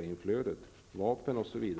inflödet av narkotika, vapen osv.